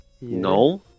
No